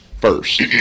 first